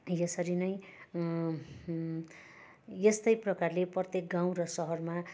यसरी नै यस्तै प्रकारले प्रत्येक गाउँ र सहरमा